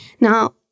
Now